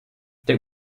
der